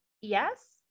yes